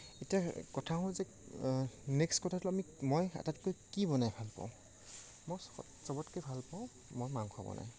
এতিয়া কথা হ'ল যে নেক্সট কথাটো আমি মই আটাইতকৈ কি বনাই ভাল পাওঁ মই চবতকৈ ভাল পাওঁ মই মাংস বনাই